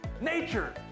nature